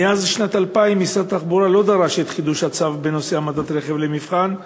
מאז שנת 2000 משרד התחבורה לא דרש את חידוש הצו בנושא העמדת רכב למבחן,